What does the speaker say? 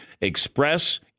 Express